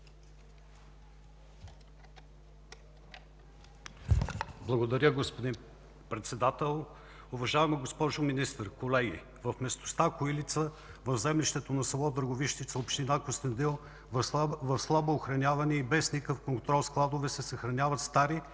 Благодаря, господин Председател. Уважаема госпожо Министър, колеги! В местността „Коилица”, в землището на село Драговищица, община Кюстендил в слабо охранявани и без никакъв контрол складове се съхраняват стари,